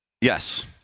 Yes